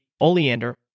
Oleander